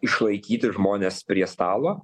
išlaikyti žmones prie stalo